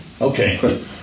Okay